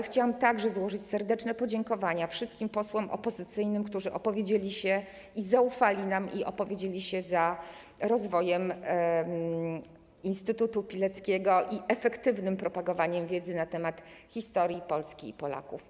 Chciałabym także złożyć serdeczne podziękowania wszystkim posłom opozycyjnym, którzy zaufali nam i opowiedzieli się za rozwojem Instytutu Pileckiego i efektywnym propagowaniem wiedzy na temat historii Polski i Polaków.